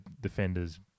defenders